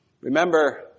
remember